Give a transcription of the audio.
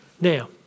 Now